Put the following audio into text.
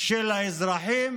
של האזרחים